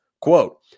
Quote